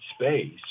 space